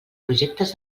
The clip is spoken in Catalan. projectes